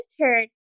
entered